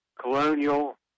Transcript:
Colonial